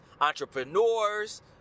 entrepreneurs